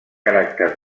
caràcter